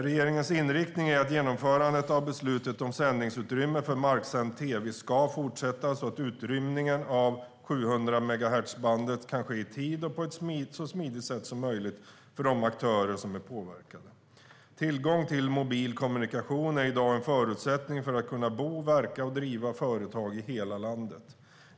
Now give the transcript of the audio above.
Regeringens inriktning är att genomförandet av beslutet om sändningsutrymme för marksänd tv ska fortsätta, så att utrymningen av 700-megahertzbandet kan ske i tid och på ett så smidigt sätt som möjligt för de aktörer som är påverkade. Tillgång till mobil kommunikation är i dag en förutsättning för att kunna bo, verka och driva företag i hela landet.